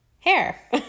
hair